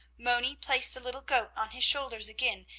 moni placed the little goat on his shoulders again,